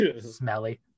smelly